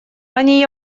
они